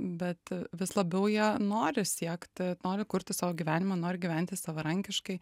bet vis labiau jie nori siekti nori kurti savo gyvenimą nori gyventi savarankiškai